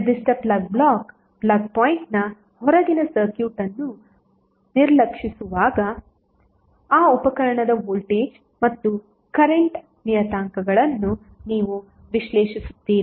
ನಿರ್ದಿಷ್ಟ plug block plug ಪಾಯಿಂಟ್ನ ಹೊರಗಿನ ಸರ್ಕ್ಯೂಟ್ ಅನ್ನು ನಿರ್ಲಕ್ಷಿಸುವಾಗ ಆ ಉಪಕರಣದ ವೋಲ್ಟೇಜ್ ಮತ್ತು ಕರೆಂಟ್ ನಿಯತಾಂಕಗಳನ್ನು ನೀವು ವಿಶ್ಲೇಷಿಸುತ್ತೀರಿ